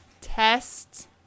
test